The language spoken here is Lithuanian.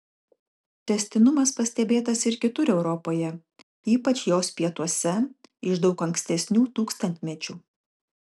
tęstinumas pastebėtas ir kitur europoje ypač jos pietuose iš daug ankstesnių tūkstantmečių